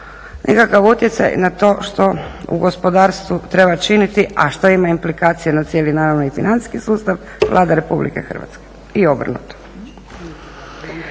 nekakav utjecaj na to što u gospodarstvu činiti, a što ima implikacije na cijeli naravno i financijski sustav Vlada Republike Hrvatske i obrnuto.